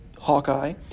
Hawkeye